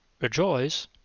rejoice